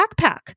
backpack